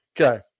okay